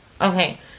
Okay